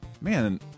man